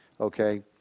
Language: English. Okay